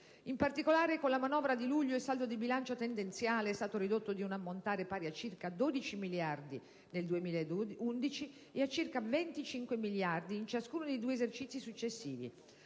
In particolare, con la manovra di luglio il saldo di bilancio tendenziale è stato ridotto di un ammontare pari a circa 12 miliardi nel 2011 e a circa 25 miliardi in ciascuno dei due esercizi successivi,